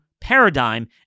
paradigm